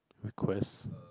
request